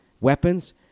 weapons